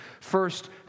First